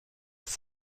ist